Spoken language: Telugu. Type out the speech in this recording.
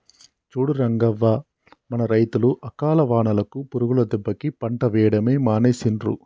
చూడు రంగయ్య మన రైతులు అకాల వానలకు పురుగుల దెబ్బకి పంట వేయడమే మానేసిండ్రు